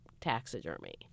taxidermy